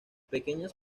pequeñas